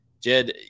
Jed